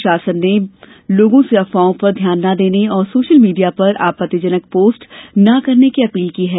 प्रशासन ने लोगों से अफवाहों पर ध्यान न देने और सोशल मीडिया पर आपत्तिजनक पोस्ट न करने की अपील की है